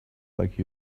like